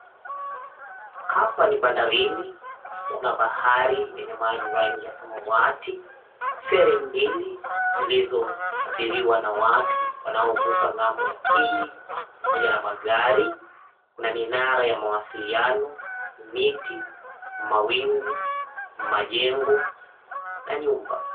Hapa ni bandarini, kuna bahari yenye maji rangi ya samawati, feri mbili zilizoabiriwa na watu wanaovuka ng'ambo ya pili pamoja na magari, kuna minara ya mawasiliano, miti, mawingu, majengo na nyumba.